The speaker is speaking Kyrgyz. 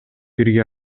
бирге